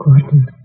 Gordon